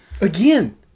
Again